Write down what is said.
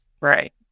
Right